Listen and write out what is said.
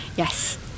Yes